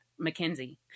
Mackenzie